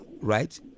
right